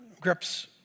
grips